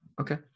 Okay